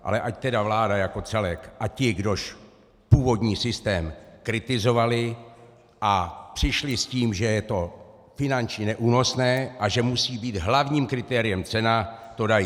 Ale ať tedy vláda jako celek a ti, kdož původní systém kritizovali a přišli s tím, že je to finančně neúnosné a že musí být hlavním kritériem cena, to dají.